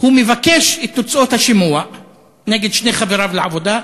הוא מבקש את תוצאות השימוע נגד שני חבריו לעבודה.